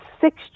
six